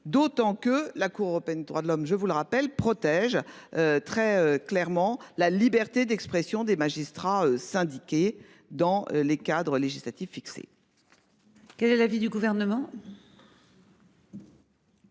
d'autant que la Cour européenne, droits de l'homme, je vous le rappelle protège. Très clairement, la liberté d'expression des magistrats syndiqués dans les cadres législatifs fixé. Quel est l'avis du gouvernement.